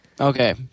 Okay